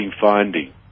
finding